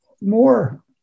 more